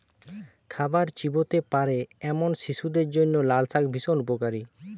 খাবার চিবোতে পারে এমন শিশুদের জন্য লালশাক ভীষণ উপকারী